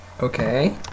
okay